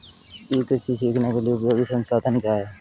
ई कृषि सीखने के लिए उपयोगी संसाधन क्या हैं?